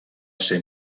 ser